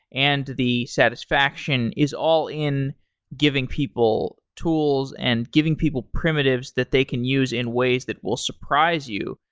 and the satisfaction is all in giving people tools and giving people primitives that they can use in ways that will surprise you.